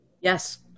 Yes